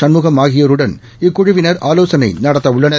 கண்முகம் ஆகியோருடன் இக்குழுவினர் ஆவோசனை நடத்தவுள்ளனர்